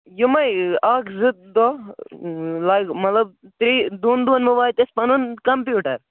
یِمے اَکھ زٕ دۄہ لگ مطلب ترٛےٚ دۄن دۄہَن منٛز واتہِ اَسہِ پَنُن کَمپیٛوٗٹر